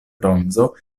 bronzo